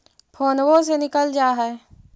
फोनवो से निकल जा है?